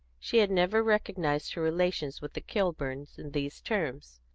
she had never recognised her relations with the kilburns in these terms.